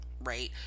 Right